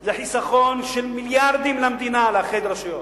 זה חיסכון של מיליארדים למדינה, לאחד רשויות,